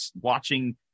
watching